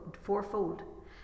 fourfold